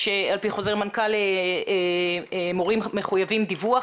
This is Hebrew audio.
שעל פי חוזר מנכ"ל מורים מחויבים דיווח,